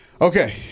Okay